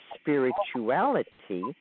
spirituality